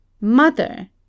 Mother